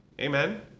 Amen